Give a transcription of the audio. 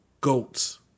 goats